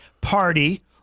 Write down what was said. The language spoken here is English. party